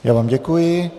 Já vám děkuji.